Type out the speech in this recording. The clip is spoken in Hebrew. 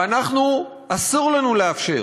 אסור לנו לאפשר